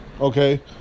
okay